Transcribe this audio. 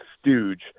stooge